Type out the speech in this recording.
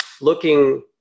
looking